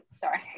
Sorry